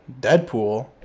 Deadpool